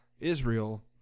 Israel